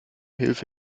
hilfe